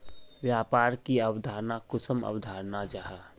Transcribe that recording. व्यापार की अवधारण कुंसम अवधारण जाहा?